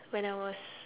when I was